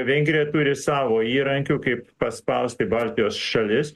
vengrija turi savo įrankių kaip paspausti baltijos šalis